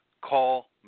call